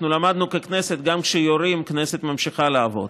למדנו בכנסת: גם כשיורים, הכנסת ממשיכה לעבוד.